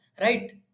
right